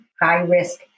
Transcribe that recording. high-risk